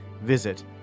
Visit